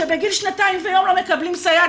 שבגיל שנתיים ויום לא מקבלים סייעת,